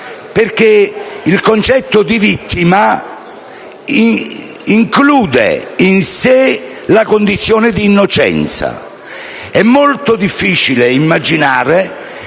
perché il concetto di vittima include in sé la condizione di innocenza. È molto difficile immaginare